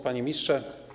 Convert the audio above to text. Panie Ministrze!